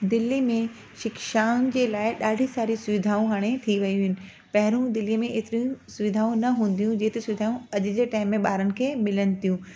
दिल्ली में शिक्षाउनि जे लाइ ॾाढियूं सारियूं सुविधाऊं हाणे थी वियूं आहिनि पहिरयों दिल्लीअ में ऐतिरयूं सुविधाऊं न हूंदियूं हुयूं जेतिरियूं सुविधाऊं अॼु जे टाईम में ॿारनि खे मिलनि थियूं